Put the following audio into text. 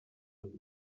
und